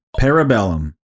Parabellum